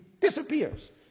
disappears